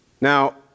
Now